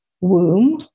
womb